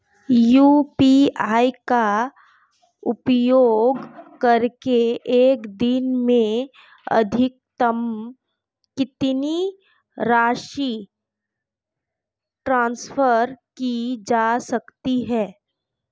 UPI का उपयोग करके एक दिन में अधिकतम कितनी राशि ट्रांसफर की जा सकती है?